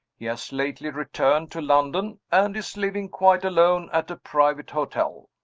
he has lately returned to london, and is living quite alone at a private hotel.